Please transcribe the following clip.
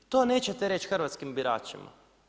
To nećete reći hrvatskim biračima.